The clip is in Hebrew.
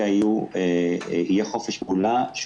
לבנק כרגע יהיה חופש פעולה בתהליכים,